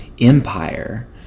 Empire